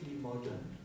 modern